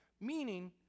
Meaning